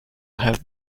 have